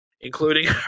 including